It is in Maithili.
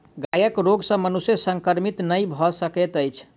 गायक रोग सॅ मनुष्य संक्रमित नै भ सकैत अछि